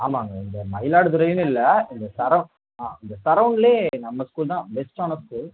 ஆமாங்க இந்த மயிலாடுதுறையினு இல்லை இந்த சரௌண்ட் ஆ இந்த சரௌண்ட்லே நம்ம ஸ்கூல் தான் பெஸ்ட்டான ஸ்கூல்